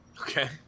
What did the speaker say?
Okay